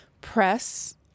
press